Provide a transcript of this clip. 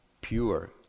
pure